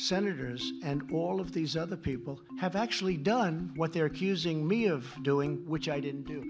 senators and all of these other people have actually done what they are accusing me of doing which i didn't do